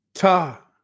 Ta